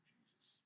Jesus